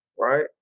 right